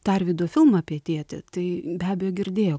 tarvydo filmą apie tėtį tai be abejo girdėjo